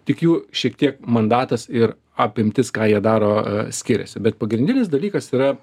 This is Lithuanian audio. tik jų šiek tiek mandatas ir apimtis ką jie daro skiriasi bet pagrindinis dalykas yra